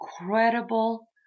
incredible